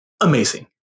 amazing